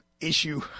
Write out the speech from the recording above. issue